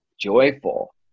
joyful